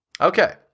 Okay